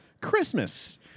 Christmas